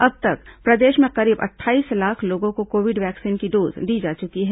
अब तक प्रदेश में करीब अट्ठाईस लाख लोगों को कोविड वैक्सीन की डोज दी जा चुकी है